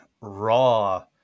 raw